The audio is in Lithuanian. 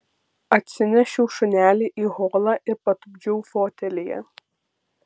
atsinešiau šunelį į holą ir patupdžiau fotelyje